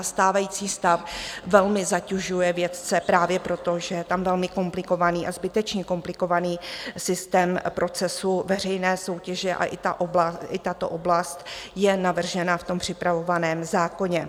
Stávající stav velmi zatěžuje vědce právě proto, že je tam velmi komplikovaný a zbytečně komplikovaný systém procesu veřejné soutěže, a i ta oblast je navržena v tom připravovaném zákoně.